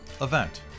event